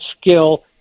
skill